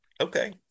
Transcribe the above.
Okay